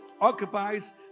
occupies